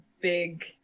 big